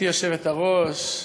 גברתי היושבת-ראש,